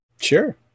Sure